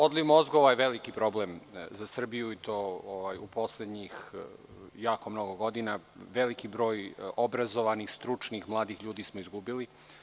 Odliv mozgova je veliki problem za Srbiju i u poslednjih mnogo godina veliki broj obrazovanih, stručnih mladih ljudi smo izgubili.